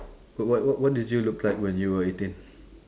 but what what what did you look like when you were eighteen